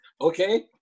Okay